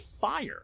fire